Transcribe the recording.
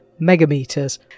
megameters